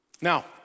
Now